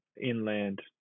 inland